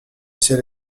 ciel